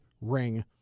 Ring